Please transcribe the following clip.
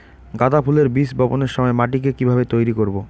গাদা ফুলের বীজ বপনের সময় মাটিকে কিভাবে তৈরি করব?